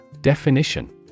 Definition